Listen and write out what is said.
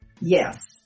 Yes